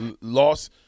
loss